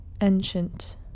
Ancient